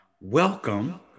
Welcome